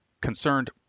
concerned